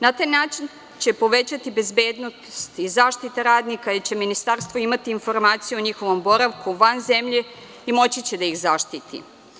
Na taj način će povećati bezbednost i zaštitu radnika i ministarstvo će imati informaciju o njihovom boravku van zemlje i moći će da ih zaštiti.